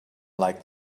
like